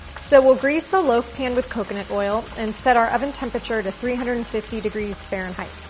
so, we'll grease a loaf pan with coconut oil and set our oven temperature to three hundred and fifty degrees fahrenheit.